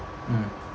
mm